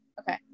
Okay